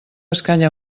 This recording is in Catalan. escanya